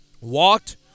Walked